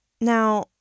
Now